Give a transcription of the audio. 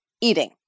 eating